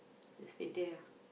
just wait there ah